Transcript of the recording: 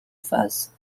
phases